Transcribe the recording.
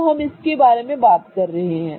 तो हम इसके बारे में बात कर रहे हैं